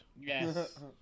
Yes